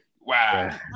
Wow